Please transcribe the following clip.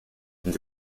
and